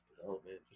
development